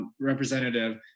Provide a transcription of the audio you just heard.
representative